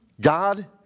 God